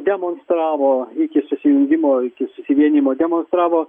demonstravo iki susijungimo iki susivienijimo demonstravo